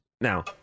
now